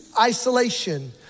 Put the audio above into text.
isolation